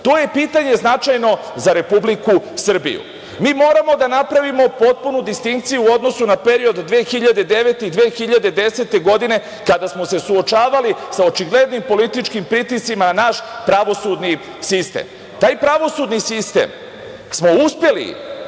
to je pitanje značajno za Republiku Srbiju. Mi moramo da napravimo potpunu distinkciju u odnosu na period 2009. i 2010. godine, kada smo se suočavali sa očiglednim političim pritiscima na naš pravosudni sistem. Taj pravosudni sistem smo uspeli,